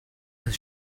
his